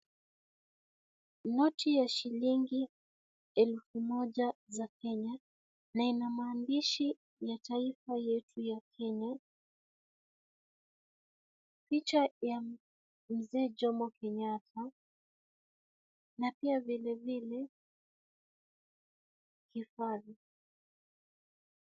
Noti ya shilingi elfu moja za Kenya, na ina maandishi ya taifa letu la Kenya, picha ya mzee Jomo Kenyatta na pia vile vile vifaru.